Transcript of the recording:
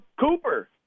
Cooper